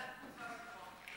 ועדת החוץ והביטחון.